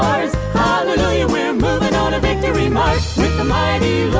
ah hallelujah we're movin on a victory march with the mighty